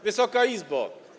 Wysoka Izbo!